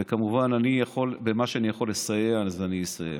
וכמובן במה שאני יכול לסייע אני אסייע.